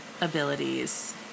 abilities